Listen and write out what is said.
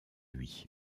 lui